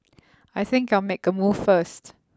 I think I'll make a move first